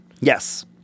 Yes